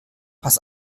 pass